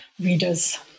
readers